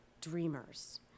DREAMers